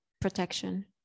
protection